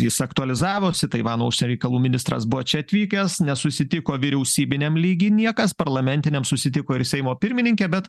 jis aktualizavosi taivano užsienio reikalų ministras buvo čia atvykęs nesusitiko vyriausybiniam lygy niekas parlamentiniam susitiko ir seimo pirmininkė bet